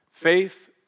Faith